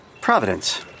Providence